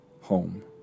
home